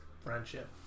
friendship